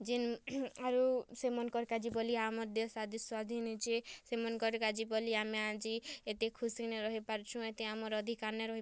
ଯେନ୍ ଆରୁ ସେମାନଙ୍କର୍ କାଜି ବୋଲି ଆମର୍ ଦେଶ୍ ଆଜି ସ୍ୱାଧୀନ୍ ହେଇଛେ ସେମାନଙ୍କର୍ କାଜି ବୋଲି ଆମେ ଆଜି ଏତେ ଖୁସି ନେ ରହି ପାରୁଛି ଏତେ ଆମର୍ ଅଧିକାର ନେ ରହି